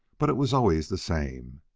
but it was always the same.